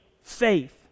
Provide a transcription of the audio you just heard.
faith